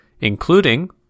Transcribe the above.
including